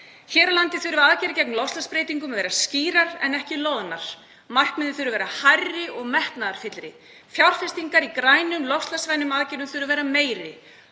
Hér á landi þurfa aðgerðir gegn loftslagsbreytingum að vera skýrar en ekki loðnar. Markmiðin þurfa að vera hærri og metnaðarfyllri. Fjárfestingar í grænum, loftslagsvænum aðgerðum þurfa að vera meiri.